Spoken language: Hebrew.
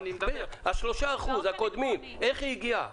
ה-3% הקודמים, איך הגיע?